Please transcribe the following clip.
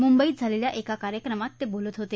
मुंबईत झालेल्या एका कार्यक्रमात ते बोलत होते